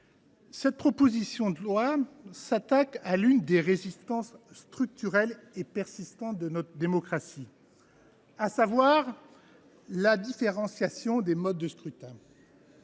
ces propositions de loi s’attaquent à l’une des résistances structurelles et persistantes de notre démocratie locale, à savoir la différenciation des modes de scrutin.